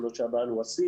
יכול להיות שהבעל הוא אסיר,